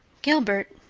gilbert,